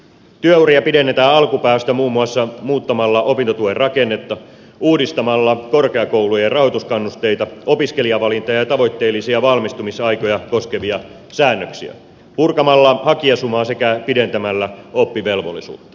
työuria pidennetään alkupäästä muun muassa muuttamalla opintotuen rakennetta uudistamalla korkeakoulujen rahoituskannusteita opiskelijavalintaa ja tavoitteellisia valmistumisaikoja koskevia säännöksiä purkamalla hakijasumaa sekä pidentämällä oppivelvollisuutta